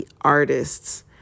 artists